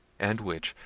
and which,